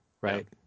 Right